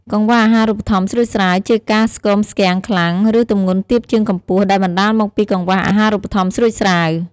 កង្វះអាហារូបត្ថម្ភស្រួចស្រាវ ជាការស្គមស្គាំងខ្លាំង ឬទម្ងន់ទាបជាងកម្ពស់ ដែលបណ្តាលមកពីកង្វះអាហារូបត្ថម្ភស្រួចស្រាវ។